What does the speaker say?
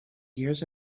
years